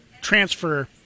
transfer